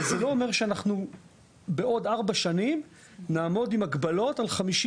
זה לא אומר שאנחנו בעוד ארבע שנים נעמוד עם הגבלות על 54